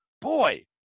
Boy